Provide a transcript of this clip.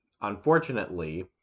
unfortunately